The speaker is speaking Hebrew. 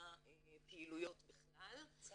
אם רוצים לשנות מדיניות, אפשר,